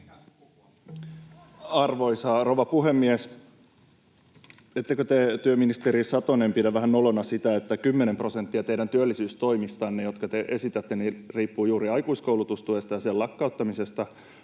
Arvoisa rouva puhemies! Ettekö te, työministeri Satonen, pidä vähän nolona sitä, että 10 prosenttia teidän työllisyystoimistanne, joita te esitätte, riippuu juuri aikuiskoulutustuesta ja sen lakkauttamisesta,